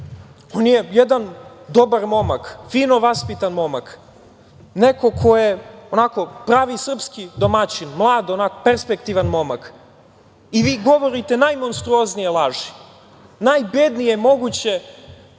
on je jedan dobar momak, fino vaspitan momak, neko ko je pravi srpski domaćin, mlad i perspektivan momak. I vi govorite najmonstruoznije laži, najbednije moguće